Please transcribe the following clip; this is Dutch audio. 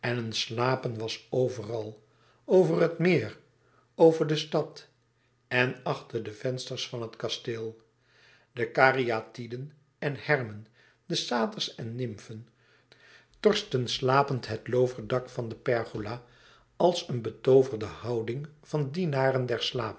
slapen was overal over de heuvels en over het meer over de stad en achter de vensters van het kasteel de karyatiden en hermen de saters en nimfen torsten slapend het looverdak van de pergola als in een betooverde houding van dienaren